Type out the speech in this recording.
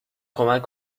کمک